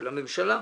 של הממשלה,